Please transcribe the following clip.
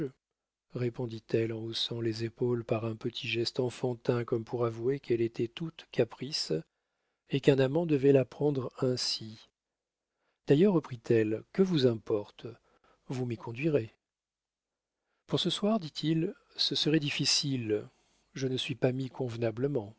répondit-elle en haussant les épaules par un petit geste enfantin comme pour avouer qu'elle était toute caprice et qu'un amant devait la prendre ainsi d'ailleurs reprit-elle que vous importe vous m'y conduirez pour ce soir dit-il ce serait difficile je ne suis pas mis convenablement